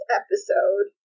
episode